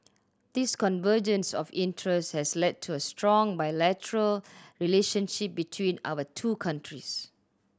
this convergence of interests has led to a strong bilateral relationship between our two countries